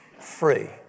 Free